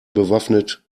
bewaffnet